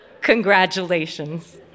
Congratulations